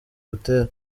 butera